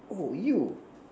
oh you